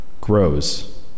grows